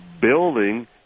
building